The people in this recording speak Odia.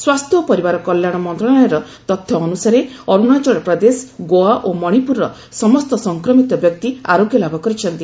ସ୍ୱାସ୍ଥ୍ୟ ଓ ପରିବାର କଲ୍ୟାଣ ମନ୍ତ୍ରଣାଳୟର ତଥ୍ୟ ଅନୁସାରେ ଅରୁଣାଚଳ ପ୍ରଦେଶ ଗୋଆ ଓ ମଣିପୁରର ସମସ୍ତ ସଂକ୍ରମିତ ବ୍ୟକ୍ତି ଆରୋଗ୍ୟ ଲାଭ କରିଛନ୍ତି